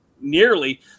nearly